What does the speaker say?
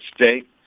State